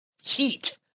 heat